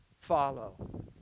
follow